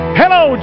hello